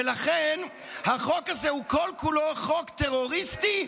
ולכן החוק הזה הוא כל-כולו חוק טרוריסטי,